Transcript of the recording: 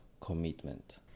commitment